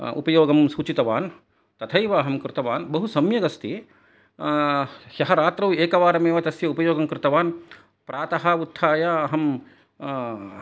उपयोगं सूचितवान् तथैव अहं कृतवान् बहु सम्यगस्ति ह्य रात्रौ एकवारम् एव तस्य उपयोगं कृतवान् प्रातः उत्थाय अहम्